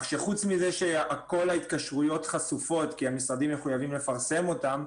כך שחוץ מזה שכל ההתקשרויות חשופות כי המשרדים מחויבים לפרסם אותן,